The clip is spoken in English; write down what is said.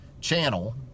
channel